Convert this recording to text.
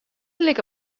like